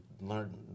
learn